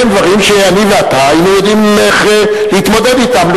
אלה הם דברים שאני ואתה היינו יודעים איך להתמודד אתם.